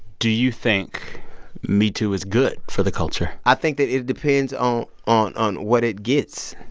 do you think metoo is good for the culture? i think that it it depends um on on what it gets,